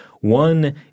one